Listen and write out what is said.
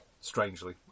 strangely